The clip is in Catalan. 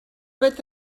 vet